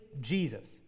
Jesus